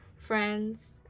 friends